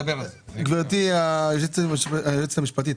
גברתי היועצת המשפטית,